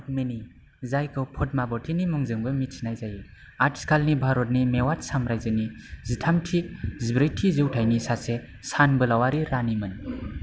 पद्मिनी जायखौ पद्मावतीनि मुंजोंबो मिथिनाय जायो आथिखालनि भारतनि मेवाट साम्रायजोनि जिथाम थि जिब्रै थि जौथाइनि सासे सानबोलावारि रानि मोन